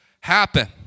happen